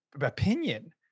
opinion